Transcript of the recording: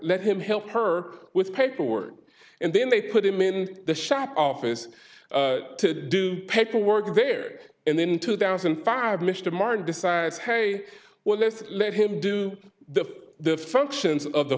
let him help her with paperwork and then they put him in the shop office to do paperwork there and then in two thousand and five mr martin decides hey well let's let him do the the functions of the